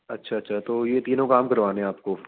اچھا اچھا تو یہ تینوں کام کروانے ہیں آپ کو